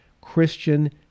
Christian